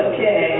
Okay